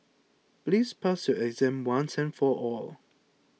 please pass your exam once and for all